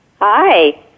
Hi